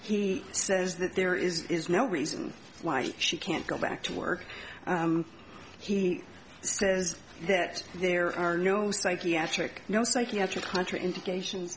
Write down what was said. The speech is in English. he says that there is no reason why she can't go back to work he says that there are no psychiatric no psychiatric contra indication